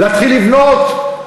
להתחיל לבנות,